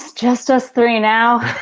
just us three now.